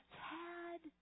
tad